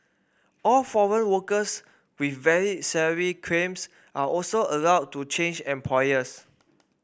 all foreign workers with valid salary claims are also allowed to change employers